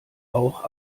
auch